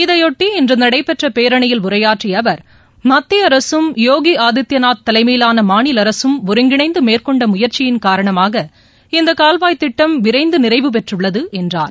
இதையொட்டி இன்றுநடைபெற்றபேரணியில் உரையாற்றியஅவர் மத்தியஅரசும் போகிஆதித்யநாத் தலைமையிலானமாநிலஅரசும் ஒருங்கிணைந்துமேற்கொண்டமுயற்சியின் காரணமாக இந்தகால்வாய் திட்டம் விரைந்துநிறைவு பெற்றுள்ளதுஎன்றார்